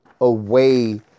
away